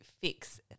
fix